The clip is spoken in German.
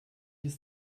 ist